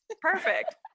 Perfect